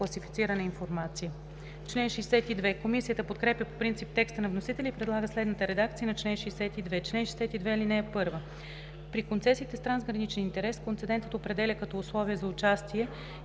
Комисията подкрепя по принцип текста на вносителя и предлага следната редакция на чл.